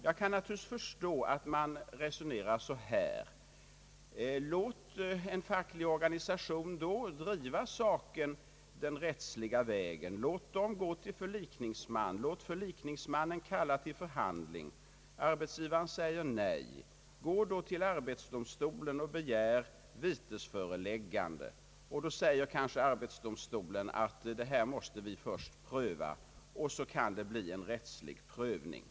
Jag kan naturligtvis förstå att man resonerar så här: Låt en facklig organisation driva saken den rättsliga vägen, låt den gå till förlikningsman och låt förlikningsmannen kalla till förhandling. Om arbetsgivaren säger nej, kan organisationen gå till arbetsdomstolen och begära vitesföreläggande. Om arbetsdomstolen då säger att den först måste pröva saken, blir det en rättslig prövning.